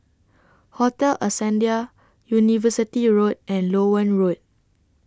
Hotel Ascendere University Road and Loewen Road